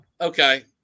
Okay